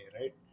right